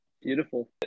Beautiful